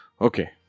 Okay